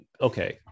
Okay